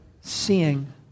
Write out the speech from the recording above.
seeing